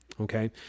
okay